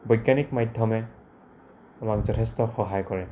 বৈজ্ঞানিক মাধ্যমে আমাক যথেষ্ট সহায় কৰে